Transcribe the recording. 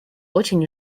очень